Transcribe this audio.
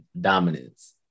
dominance